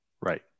right